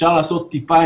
אפשר לעשות טיפה,